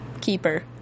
keeper